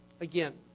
Again